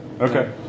Okay